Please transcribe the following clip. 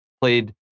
played